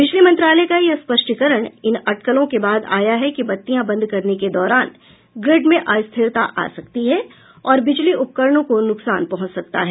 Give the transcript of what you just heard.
बिजली मंत्रालय का यह स्पष्टीकरण इन अटकलों के बाद आया है कि बत्तियां बंद करने के दौरान ग्रिड में अस्थिरता आ सकती है और बिजली उपकरणों को नुकसान पहुंच सकता है